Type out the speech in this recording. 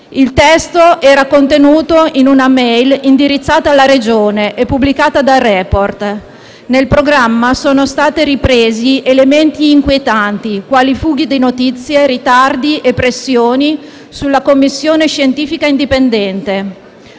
Il testo era contenuto in una *mail* indirizzata alla Regione e pubblicata da «Report». Nel programma sono stati ripresi elementi inquietanti, quali fughe di notizie, ritardi e pressioni sulla commissione scientifica indipendente,